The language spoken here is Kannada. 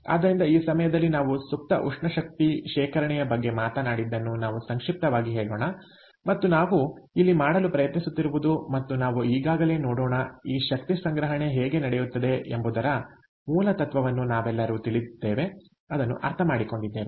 ಆದ್ದರಿಂದ ಈ ಸಮಯದಲ್ಲಿ ನಾವು ಸುಪ್ತ ಉಷ್ಣ ಶಕ್ತಿ ಶೇಖರಣೆಯ ಬಗ್ಗೆ ಮಾತನಾಡಿದ್ದನ್ನು ನಾವು ಸಂಕ್ಷಿಪ್ತವಾಗಿ ಹೇಳೋಣ ಮತ್ತು ನಾವು ಇಲ್ಲಿ ಮಾಡಲು ಪ್ರಯತ್ನಿಸುತ್ತಿರುವುದು ಮತ್ತು ನಾವು ಈಗಾಗಲೇ ನೋಡೋಣ ಈ ಶಕ್ತಿ ಸಂಗ್ರಹಣೆ ಹೇಗೆ ನಡೆಯುತ್ತಿದೆ ಎಂಬುದರ ಮೂಲ ತತ್ವವನ್ನು ನಾವೆಲ್ಲರೂ ತಿಳಿದಿದ್ದೇವೆ ಅದನ್ನು ಅರ್ಥಮಾಡಿಕೊಂಡಿದ್ದೇವೆ